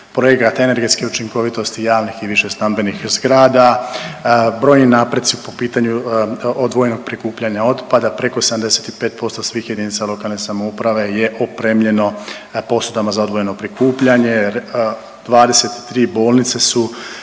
projekata energetske učinkovitosti, javnih i višestambenih zgrada, brojni napredci po pitanju odvojenog prikupljanja otpada, preko 75% svih jedinica lokalne samouprave je opremljeno posudama za odvojeno prikupljanje. 23 bolnice su